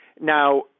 Now